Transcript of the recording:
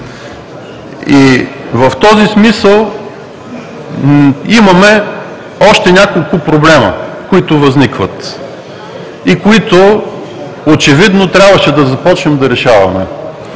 В този смисъл имаме още няколко проблема, които възникват и които очевидно трябваше да започнем да решаваме.